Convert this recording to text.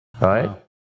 Right